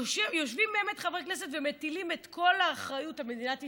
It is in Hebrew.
יושבים חברי כנסת ומטילים את כל האחריות על מדינת ישראל,